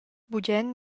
bugen